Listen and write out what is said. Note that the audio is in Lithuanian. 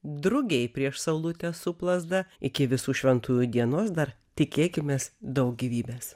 drugiai prieš saulutę suplazda iki visų šventųjų dienos dar tikėkimės daug gyvybės